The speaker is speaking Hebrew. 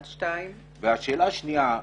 והשאלה השנייה,